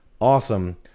awesome